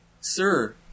sir